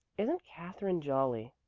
isn't katherine jolly?